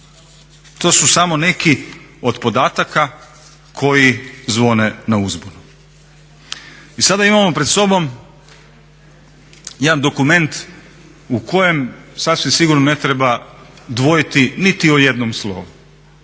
To su samo neki od podataka koji zvone na uzbunu. I sada imamo pred sobom jedan dokument u kojem sasvim sigurno ne treba dvojiti niti o jednom slovu.